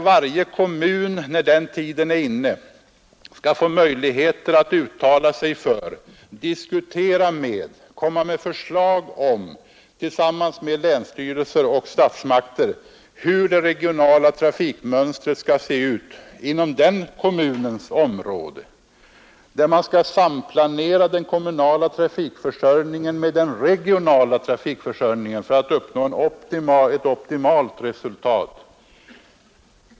Varje kommun skall därvid när den tiden är inne få möjligheter att uttala sig, diskutera och komma med förslag om hur det regionala trafikmönstret skall se ut inom kommunens område, där man skall samplanera den kommunala trafikförsörjningen med den regionala för att nå ett optimalt resultat.